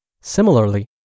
Similarly